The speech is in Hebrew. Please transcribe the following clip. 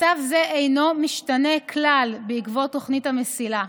מצב זה אינו משתנה כלל בעקבות תוכנית המסילה.